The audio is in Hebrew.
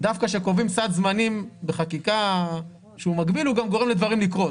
דווקא כשקובעים סד זמנים בחקיקה שהוא מגביל הוא גם גורם לדברים לקרות.